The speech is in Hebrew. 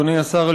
אדוני השר,